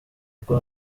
kuko